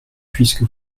puisque